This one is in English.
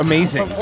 Amazing